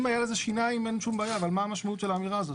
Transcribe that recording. אם היה לזה שיניים אין שום בעיה אבל מה המשמעות של האמירה הזאת?